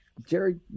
Jerry